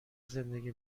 زندگی